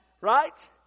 Right